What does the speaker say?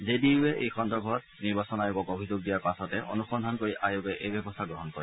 J D ইউৱে এই সন্দৰ্ভত নিৰ্বাচন আয়োগক অভিযোগ দিয়াৰ পাছতে অনুসন্ধান কৰি আয়োগে এই ব্যৱস্থা গ্ৰহণ কৰে